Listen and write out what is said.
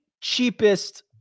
cheapest